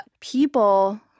people